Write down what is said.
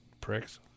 Pricks